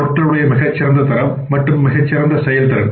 பொருட்களுடைய மிகச் சிறந்த தரம் மற்றும் மிகச் சிறந்த செயல்திறன்